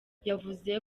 yavuze